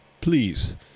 Please